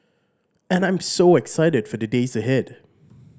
and I'm so excited for the days ahead